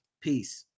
peace